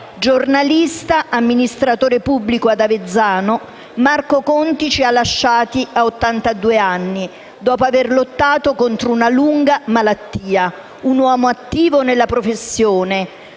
Giornalista, amministratore pubblico ad Avezzano, Marco Conti ci ha lasciati a ottantadue anni, dopo aver lottato contro una lunga malattia. Un uomo attivo nella professione,